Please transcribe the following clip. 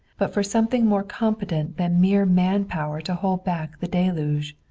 but for something more competent than mere man power to hold back the deluge.